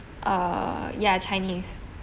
uh ya chinese